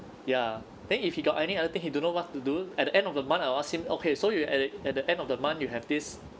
ya then if he got any other thing he don't know what to do at the end of the month I'll ask him okay so you at the at the end of the month you have this